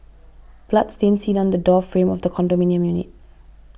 blood stain seen on the door frame of the condominium unit